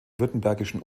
württembergischen